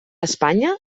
espanya